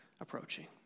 approaching